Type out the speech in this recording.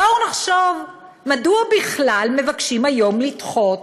בואו נחשוב מדוע בכלל מבקשים היום לדחות